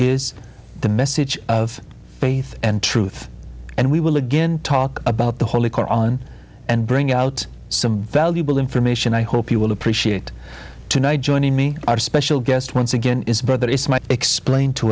is the message of faith and truth and we will again talk about the holy koran and bring out some valuable information i hope you will appreciate tonight joining me our special guest once again is brother is mike explain to